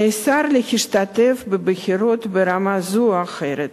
נאסר להשתתף בבחירות ברמה זו או אחרת,